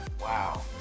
wow